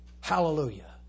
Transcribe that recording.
Hallelujah